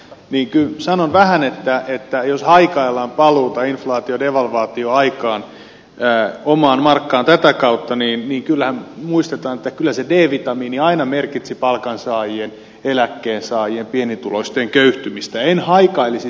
kyllä sanon vähän että jos hai kaillaan paluuta inflaatiodevalvaatio aikaan omaan markkaan tätä kautta niin muistetaan että kyllä se d vitamiini aina merkitsi palkansaajien eläkkeensaajien pienituloisten köyhtymistä